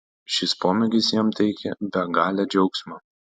šis pomėgis jam teikia begalę džiaugsmo